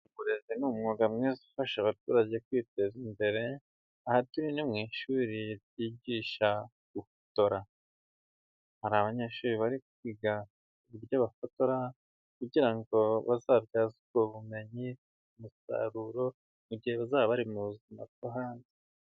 Uburezi ni umwuga mwiza ufasha abaturage kwiteza imbere, aha turi ni mu ishuri ryigisha gufotora. Hari abanyeshuri bari kwiga uburyo bafotora, kugira ngo bazabyaze ubwo bumenyi umusaruro, mu gihe bazaba bari mu buzima bwo hanze.